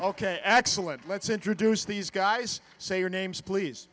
ok excellent let's introduce these guys say your names please